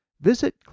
visit